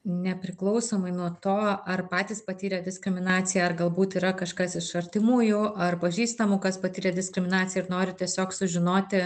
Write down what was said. nepriklausomai nuo to ar patys patyrė diskriminaciją ar galbūt yra kažkas iš artimųjų ar pažįstamų kas patiria diskriminaciją ir nori tiesiog sužinoti